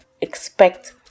expect